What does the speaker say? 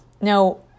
Now